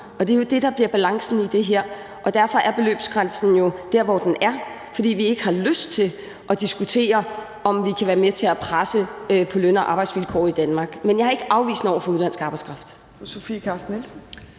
det er jo det, der bliver balancen i det her. Derfor er beløbsgrænsen jo dér, hvor den er, nemlig fordi vi ikke har lyst til at diskutere, om vi kan være med til at presse løn- og arbejdsvilkår i Danmark. Men jeg er ikke afvisende over for udenlandsk arbejdskraft.